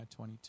22